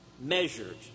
measured